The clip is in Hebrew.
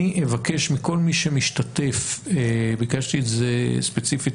אני אבקש מכל מי שמשתתף, ביקשתי את זה ספציפית